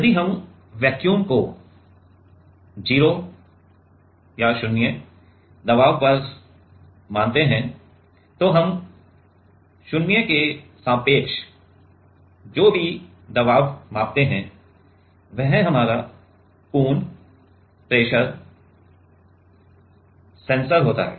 यदि हम वैक्यूम को 0 दबाव पर मानते हैं तो हम 0 के संबंध में जो भी दबाव मापते हैं वह हमारा पूर्ण प्रेशर सेंसर होता है